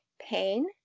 Pain